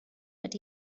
but